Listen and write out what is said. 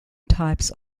types